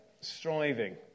striving